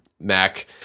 Mac